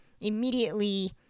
immediately